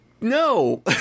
no